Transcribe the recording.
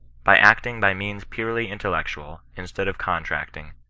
by acting by means purely intellectual, instead of contracting,